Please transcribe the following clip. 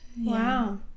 Wow